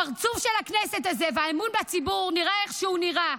הפרצוף של הכנסת הזה והאמון בציבור נראה איך שהוא נראה.